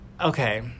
okay